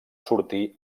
sortir